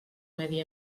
medi